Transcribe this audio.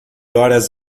horas